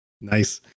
Nice